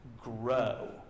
grow